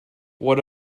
what